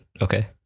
Okay